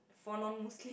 for non Muslim